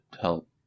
help